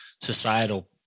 societal